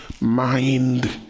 mind